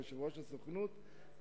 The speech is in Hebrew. כיושב-ראש הסוכנות,